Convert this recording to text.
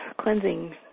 Cleansing